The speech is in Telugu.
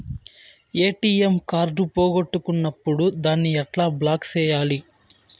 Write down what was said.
ఎ.టి.ఎం కార్డు పోగొట్టుకున్నప్పుడు దాన్ని ఎట్లా బ్లాక్ సేయాలి